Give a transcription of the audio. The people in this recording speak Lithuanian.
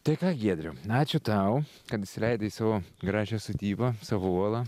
tai ką giedriau ačiū tau kad leidai savo gražią sodybą savo uolą